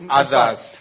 others